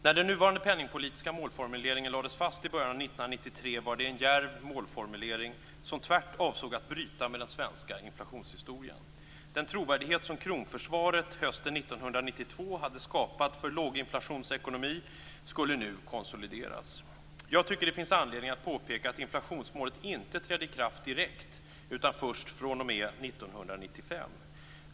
När den nuvarande penningpolitiska målformuleringen lades fast i början av 1993 var det en djärv målformulering som tvärt avsåg att bryta med den svenska inflationshistorien. Den trovärdighet som kronförsvaret hösten 1992 hade skapat för låginflationsekonomi skulle nu konsolideras. Jag tycker att det finns anledning att påpeka att inflationsmålet inte trädde i kraft direkt utan först fr.o.m. 1995.